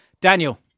Daniel